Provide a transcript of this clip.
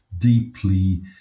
deeply